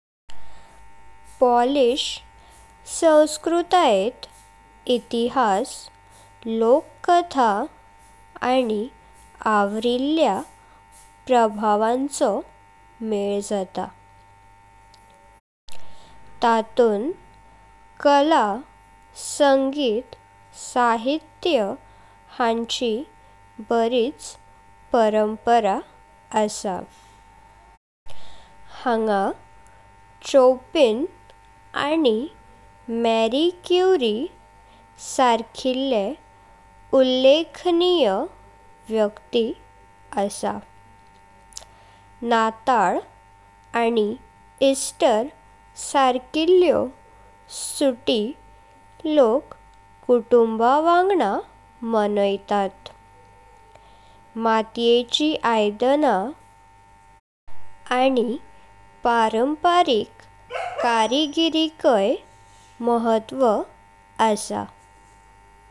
Polish संस्कृतायत इतिहास, लोककथा आनी आव्रिल्ल्या प्रभावांचो मेल जाता। तातून कला, संगीत, साहित्य हांचि बारीच परंपरा आस। हांगा चोपिन आनी मारी क्युरी सारकिल्ले उल्लेखनीय व्यक्ति आस। नाताळ, आनी ईस्टर सारकिल्लो सुटी लोक कुटुंबा वांगडा मनातात। माट्येची आईदना, आनी पारंपारिक कारिगिकाय महत्व आस।